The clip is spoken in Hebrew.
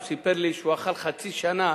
הוא סיפר לי שהוא אכל חצי שנה,